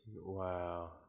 Wow